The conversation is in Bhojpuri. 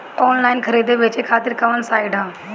आनलाइन खरीदे बेचे खातिर कवन साइड ह?